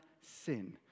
sin